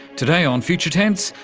today on future tense,